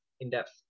in-depth